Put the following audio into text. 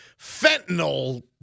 fentanyl